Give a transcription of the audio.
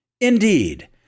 Indeed